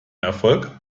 erfolg